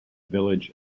village